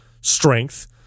strength